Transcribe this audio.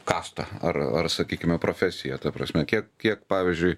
kasta ar ar sakykime profesija ta prasme kiek kiek pavyzdžiui